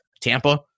Tampa